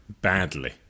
badly